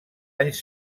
anys